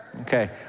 Okay